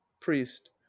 priest